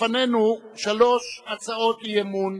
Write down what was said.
לפנינו שלוש הצעות אי-אמון.